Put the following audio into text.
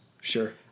Sure